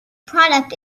product